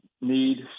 need